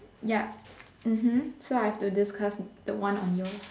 yup mmhmm so I have to discuss the one on yours